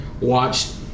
Watched